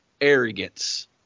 arrogance